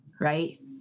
right